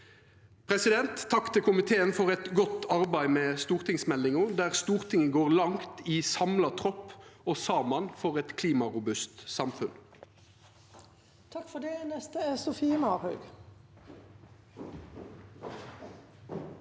nettverka. Takk til komiteen for eit godt arbeid med stortingsmeldinga, der Stortinget går langt – i samla tropp og saman – for eit klimarobust samfunn.